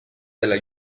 della